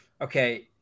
Okay